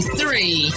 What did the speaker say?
three